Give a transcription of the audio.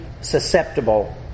susceptible